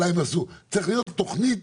צריכה להיות תוכנית,